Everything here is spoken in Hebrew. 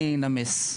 אני נמס.